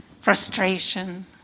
frustration